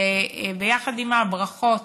שביחד עם הברכות